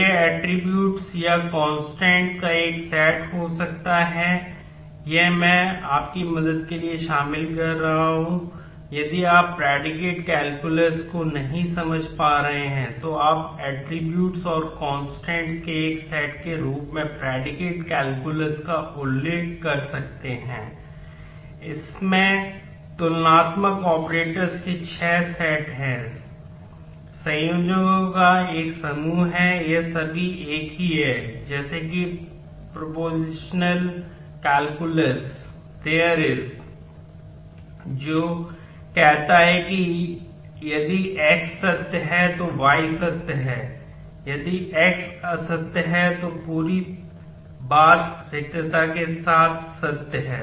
तो यह attributes there is ⇒ है जो कहता है कि यदि x सत्य है तो y सत्य है यदि x असत्य है तो पूरी बात रिक्तता से सत्य है